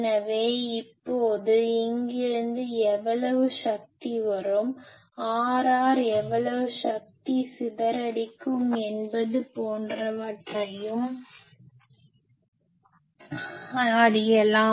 எனவே இப்போது இங்கிருந்து எவ்வளவு சக்தி வரும் Rr எவ்வளவு சக்தி சிதறடிக்கும் என்பது போன்றவற்றையும் அறியலாம்